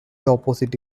opposite